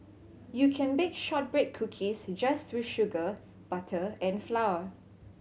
you can bake shortbread cookies just with sugar butter and flour